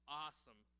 awesome